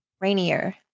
rainier